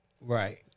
Right